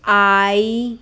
I